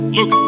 Look